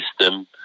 system